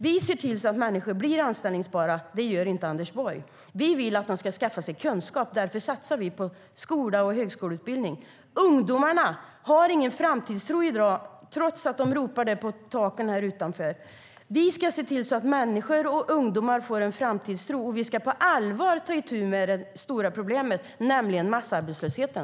Vi ser till att människor blir anställbara, det gör inte Anders Borg. Vi vill att de ska skaffa sig kunskap. Därför satsar vi på skola och högskoleutbildning. Ungdomarna har ingen framtidstro i dag, trots att de ropar det från taken här utanför. Vi ska se till att ungdomar och andra människor får en framtidstro. Vi ska på allvar ta itu med det stora problemet, nämligen massarbetslösheten.